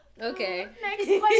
okay